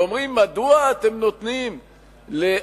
ואומרים: מדוע אתם נותנים לאוכלוסיות